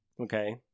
Okay